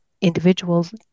individuals